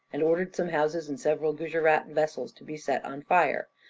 and ordered some houses and several gujerat vessels to be set on fire,